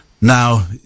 now